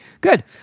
Good